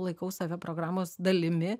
laikau save programos dalimi